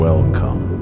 Welcome